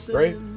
right